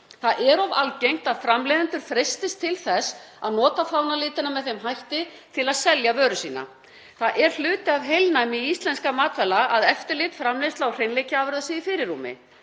Það er of algengt að framleiðendur freistist til þess að nota fánalitina með þeim hætti til að selja vöru sína. Það er hluti af heilnæmi íslenskra matvæla að eftirlit með framleiðslu og hreinleika afurða sé í fyrirrúmi.